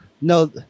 No